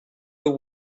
the